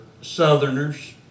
southerners